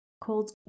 called